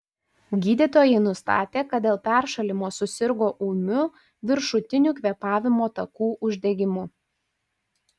gydytojai nustatė kad dėl peršalimo susirgo ūmiu viršutinių kvėpavimo takų uždegimu